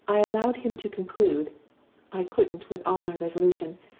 i allowed him to conclude i couldn't, with all my resolution,